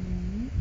mmhmm